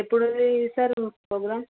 ఎప్పుడు ఉంది sir programme